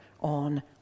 on